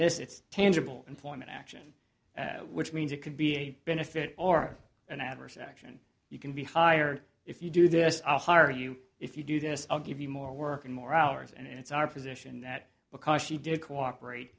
this it's tangible employment action which means it could be a benefit or an adverse action you can be hired if you do this i'll hire you if you do this i'll give you more work and more hours and it's our position that because she did cooperate